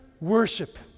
worship